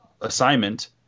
assignment